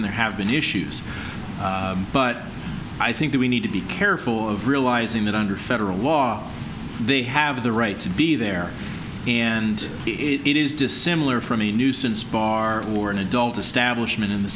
and there have been issues but i think that we need to be careful of realizing that under federal law they have the right to be there and it is dissimilar from a nuisance bar or an adult establishment in the